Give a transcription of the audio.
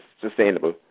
sustainable